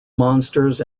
monsters